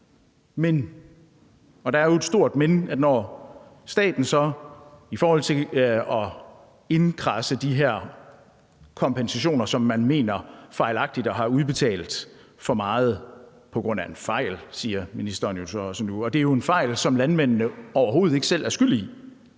Men – og der er jo et stort men – når staten så skal indkradse de her kompensationer, som man mener fejlagtigt at have udbetalt for meget på grund af en fejl, som ministeren nu så også siger, så kræver man, selv om det er en fejl, som landmændene overhovedet ikke selv er skyld i,